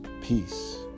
peace